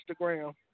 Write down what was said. Instagram